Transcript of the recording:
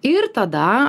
ir tada